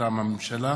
מטעם הממשלה,